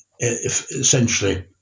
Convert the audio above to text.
essentially